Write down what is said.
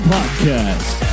Podcast